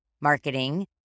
marketing